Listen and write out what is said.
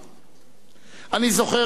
אני זוכר זאת כמו היום,